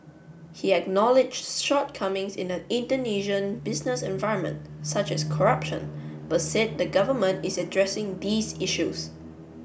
he acknowledged shortcomings in the Indonesian business environment such as corruption but said the government is addressing these issues